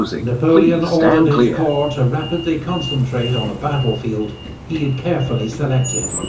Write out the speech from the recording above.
napoleon ordered his corps to rapidly concentrate on a battlefield he'd carefully selected,